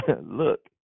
look